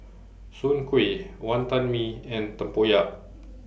Soon Kuih Wantan Mee and Tempoyak